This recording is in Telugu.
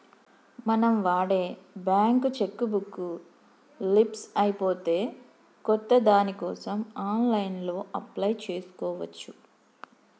మనం వాడే బ్యేంకు చెక్కు బుక్కు లీఫ్స్ అయిపోతే కొత్త దానికోసం ఆన్లైన్లో అప్లై చేసుకోవచ్చు